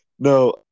No